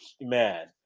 man